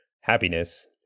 happiness